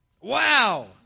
Wow